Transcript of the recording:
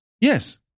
Yes